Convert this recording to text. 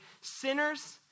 sinners